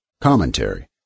Commentary